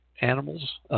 animals